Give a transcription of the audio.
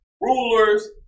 rulers